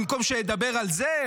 במקום שידבר על זה,